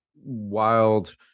wild